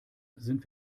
sind